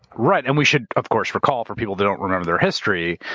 right, and we should, of course, recall for people that don't remember their history,